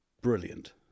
brilliant